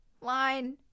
line